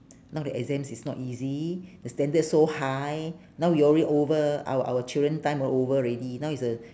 now the exams is not easy the standard so high now we already over our our children time o~ over already now is uh